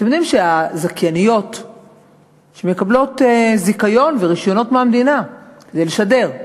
אתם יודעים שהזכייניות שמקבלות זיכיון ורישיונות מהמדינה כדי לשדר,